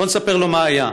בואו נספר לו מה היה.